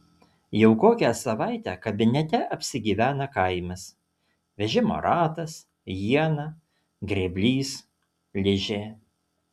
jau kokią savaitę kabinete apsigyvena kaimas vežimo ratas iena grėblys ližė